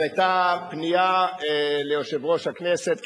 היתה פנייה ליושב-ראש הכנסת,